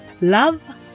Love